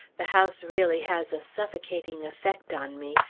the house really has a suffocating effect on me,